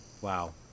Wow